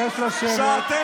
אבקש לשבת.